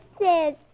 says